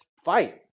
fight